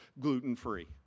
gluten-free